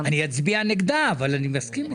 אני אצביע נגדה אבל אני מסכים איתך.